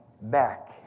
back